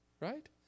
right